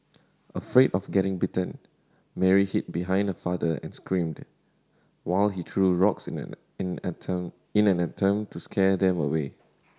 afraid of getting bitten Mary hid behind her father and screamed while he threw rocks in an in attempt in an attempt to scare them away